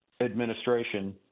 administration